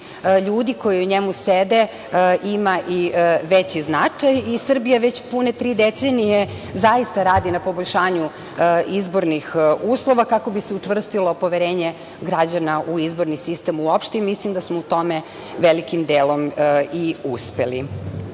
ljudi koji u njemu sede ima i veći značaj. Srbija već pune tri decenije zaista radi na poboljšanju izbornih uslova kako bi se učvrstilo poverenje građana u izborni sistem u opšte. Mislim da smo u tome i velikim delom